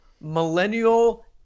millennial